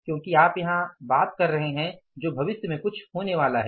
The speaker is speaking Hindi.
क्योंकि आप यहां बात कर रहे हैं जो भविष्य में कुछ होने वाला है